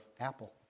Apple